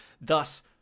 thus